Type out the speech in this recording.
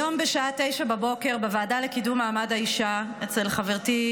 היום בשעה 09:00 הוקרן בוועדה לקידום מעמד האישה אצל חברתי,